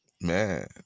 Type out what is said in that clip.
Man